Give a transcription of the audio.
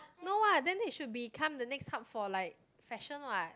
no what then they should become the next hub for like fashion what